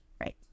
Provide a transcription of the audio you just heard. Right